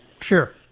Sure